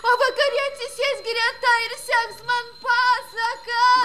o vakare atsisės greta ir seks man pasaką